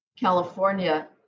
California